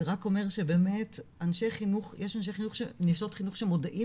זה רק אומר באמת שאנשי חינוך שנשות חינוך שמודעות